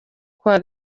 kuwa